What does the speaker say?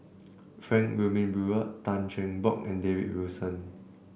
Frank Wilmin Brewer Tan Cheng Bock and David Wilson